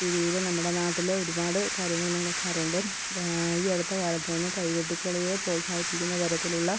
രീതിയിൽ നമ്മുടെ നാട്ടിൽ ഒരുപാട് കാര്യങ്ങൾ നടക്കാറുണ്ട് ഈ അടുത്ത കാലത്ത് തന്നെ കൈകൊട്ടി കളിയെ പ്രോത്സാഹിപ്പിക്കുന്ന തരത്തിലുള്ള